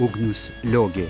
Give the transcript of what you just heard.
ugnius liogė